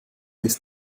ist